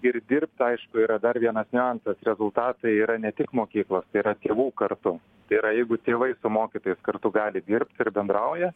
ir dirbt aišku yra dar vienas niuansas rezultatai yra ne tik mokyklos tai yra tėvų kartu tai yra jeigu tėvai su mokytojais kartu gali dirbt ir bendrauja